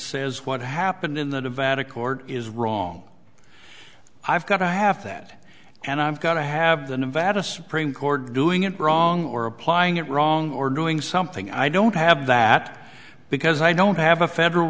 says what happened in the nevada court is wrong i've got to have that and i've got to have the nevada supreme court doing it wrong or applying it wrong or doing something i don't have that because i don't have a federal